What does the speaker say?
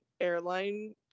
airline